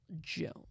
Jones